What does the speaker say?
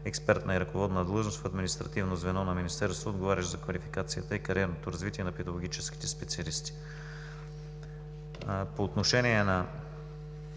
експертна и ръководна длъжност в административно звено на Министерството, отговарящ за квалификацията и кариерното развитие на педагогическите специалисти. По отношение на